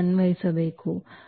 ಅನ್ವಯಿಸಬೇಕು ನಕ್ಷೆ